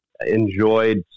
enjoyed